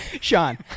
Sean